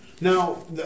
Now